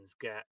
get